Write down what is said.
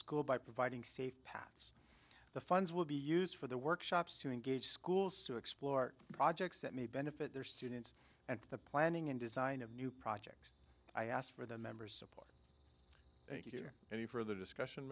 school by providing safe paths the funds will be used for the workshops to engage schools to explore projects that may benefit their students and the planning and design of new projects i asked for the member support thank you for any further discussion